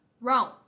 Rome